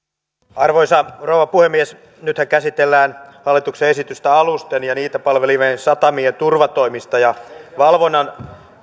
arvoisa rouva puhemies nythän käsitellään hallituksen esitystä alusten ja niitä palvelevien satamien turvatoimia ja